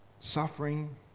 suffering